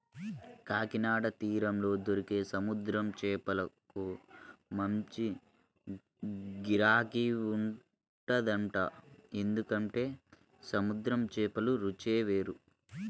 కాకినాడ తీరంలో దొరికే సముద్రం చేపలకు మంచి గిరాకీ ఉంటదంట, ఎందుకంటే సముద్రం చేపల రుచే వేరు